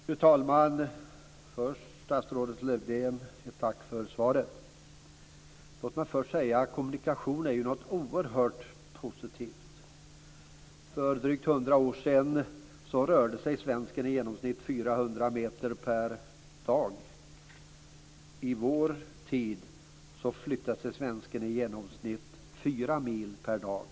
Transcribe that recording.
Fru talman! Jag vill tacka statsrådet Lövdén för svaret. Låt mig först säga att kommunikation är något oerhört positivt. För drygt 100 år sedan rörde sig svensken i genomsnitt 400 meter per dag. I vår tid förflyttar sig svensken i genomsnitt 4 mil per dag.